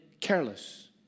careless